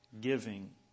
giving